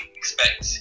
expect